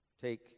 take